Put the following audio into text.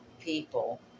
people